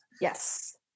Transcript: Yes